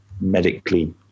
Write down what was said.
medically